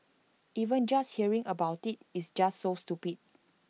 even just hearing about IT is just so stupid